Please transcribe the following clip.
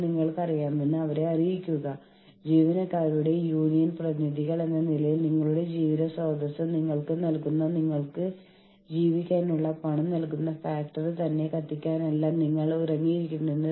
നമ്മൾക്കറിയാം യൂണിയൻ സ്വീകാര്യത എന്നതിനർത്ഥം സംഘടനാ സജ്ജീകരണത്തിന്റെ അവിഭാജ്യ ഘടകമായി നമ്മൾ യൂണിയനുകളെ അംഗീകരിക്കുന്നു എന്നാണ്